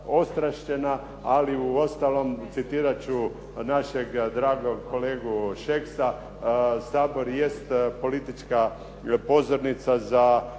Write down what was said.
ali u ostalom citirat ću našeg dragog kolegu Šeksa: "Sabor jest politička pozornica za